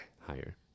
higher